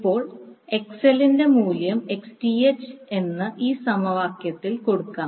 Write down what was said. ഇപ്പോൾ XL ന്റെ മൂല്യം Xth എന്ന് ഈ സമവാക്യത്തിൽ കൊടുക്കാം